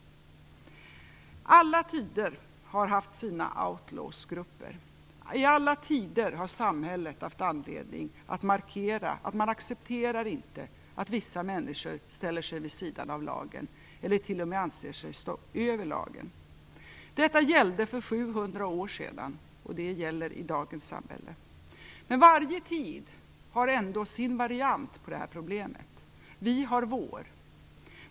Alla tider har haft sina outlaws-grupper. I alla tider har samhället haft anledning att markera att man inte accepterar att vissa människor ställer sig vid sidan av lagen eller t.o.m. anser sig stå över lagen. Detta gällde för 700 år sedan, och det gäller i dagens samhälle. Men varje tid har ändå sin variant på det här problemet - vi har vår.